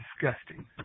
disgusting